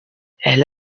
elle